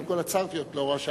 עצרתי, את לא רואה?